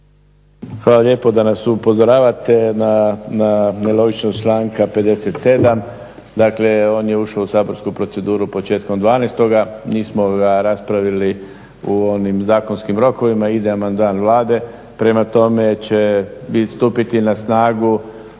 Hvala lijepo da nas upozoravate na nelogičnost članka 57., dakle on je ušao u saborsku proceduru početkom dvanaestoga. Nismo ga raspravili u onim zakonskim rokovima, ide amandman Vlade. Prema tome će stupiti na snagu